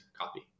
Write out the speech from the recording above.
copy